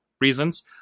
reasons